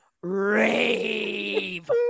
rave